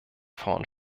vorn